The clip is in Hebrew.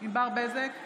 ענבר בזק,